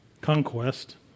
conquest